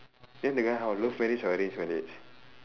then the guy how love marriage or arranged marriage